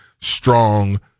strong